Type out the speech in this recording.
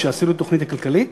כשעשינו את התוכנית הכלכלית,